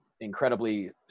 incredibly